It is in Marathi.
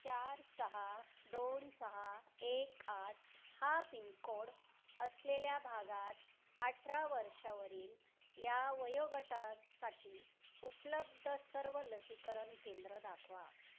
चार सहा दोन सहा एक आठ हा पिनकोड असलेल्या भागात अठरा वर्षावरील या वयोगटासाठी उपलब्ध सर्व लसीकरण केंद्रं दाखवा